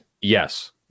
Yes